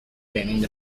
banning